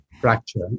fracture